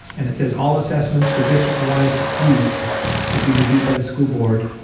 and it says all assessments for districtwide use will be reviewed by the school board.